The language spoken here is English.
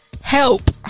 help